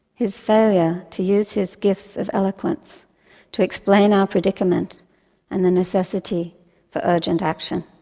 his failure to use his gifts of eloquence to explain our predicament and the necessity for urgent action.